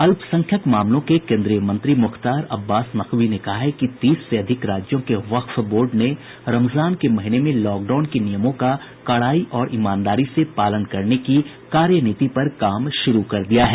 अल्पसंख्यक मामलों के केन्द्रीय मंत्री मुख्तार अब्बास नकवी ने कहा है कि तीस से अधिक राज्यों के वक्फ बोर्ड ने रमजान के महीने में लॉकडाउन के नियमों का कड़ाई और ईमानदारी से पालन करने की कार्यनीति पर काम शुरू कर दिया है